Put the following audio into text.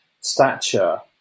stature